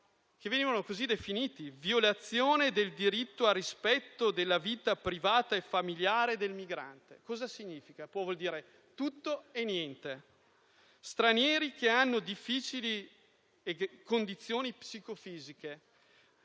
che venivano definiti violazione del diritto al rispetto della vita privata e familiare del migrante. Cosa significa? Può voler dire tutto e niente. Stranieri che hanno difficili condizioni psicofisiche?